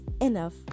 enough